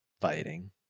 fighting